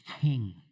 king